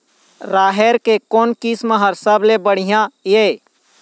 राहेर के कोन किस्म हर सबले बढ़िया ये?